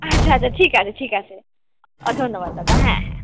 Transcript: আচ্ছা আচ্ছা ঠিক আছে ঠিক আছে ধন্যবাদ দাদা হ্যাঁ হ্যাঁ